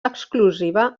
exclusiva